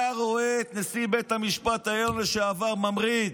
אתה רואה היום את נשיא בית המשפט לשעבר ממריד,